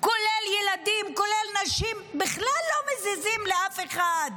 כולל ילדים, כולל נשים, בכלל לא מזיזים לאף אחד.